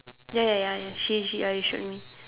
ya ya ya ya she she uh you showed me